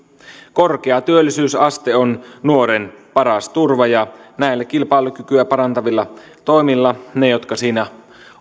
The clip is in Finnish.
korkea työllisyysaste on nuoren paras turva ja näillä kilpailukykyä parantavilla toimilla ne jotka siinä